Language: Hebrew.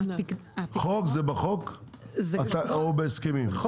זה בחוק או בהסכמים?